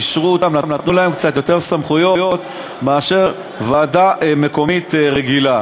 אישרו אותן ונתנו להן קצת יותר סמכויות מאשר לוועדה מקומית רגילה,